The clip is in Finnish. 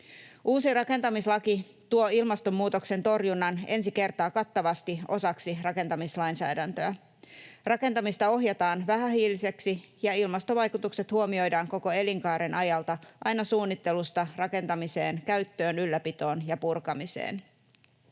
Uusi rakentamislaki tuo ilmastonmuutoksen torjunnan ensi kertaa kattavasti osaksi rakentamislainsäädäntöä. Rakentamista ohjataan vähähiiliseksi, ja ilmastovaikutukset huomioidaan koko elinkaaren ajalta aina suunnittelusta rakentamiseen, käyttöön, ylläpitoon ja purkamiseen.